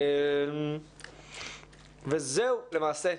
וזהו, למעשה.